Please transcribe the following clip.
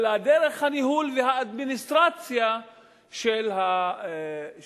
אלא את דרך הניהול והאדמיניסטרציה של הוועידה.